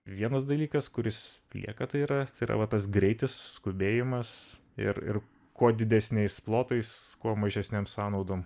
vienas dalykas kuris lieka tai yra tai yra va tas greitis skubėjimas ir ir kuo didesniais plotais kuo mažesnėm sąnaudom